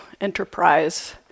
enterprise